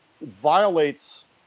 violates